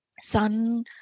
son